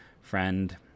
friend